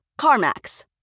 CarMax